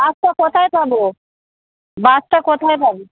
বাসটা কোথায় পাবো বাসটা কোথায় পাবো